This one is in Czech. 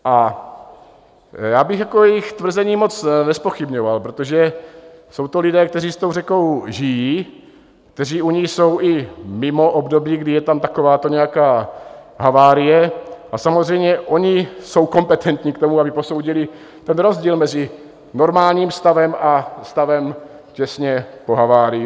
A já bych jejich tvrzení moc nezpochybňoval, protože jsou to lidé, kteří s tou řekou žijí, kteří u ní jsou i mimo období, kdy je tam takováto nějaká havárie, a samozřejmě oni jsou kompetentní k tomu, aby posoudili rozdíl mezi normálním stavem a stavem těsně po havárii.